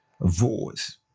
voice